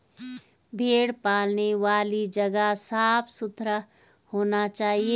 भेड़ पालने वाली जगह साफ सुथरा होना चाहिए